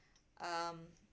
um